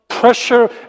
pressure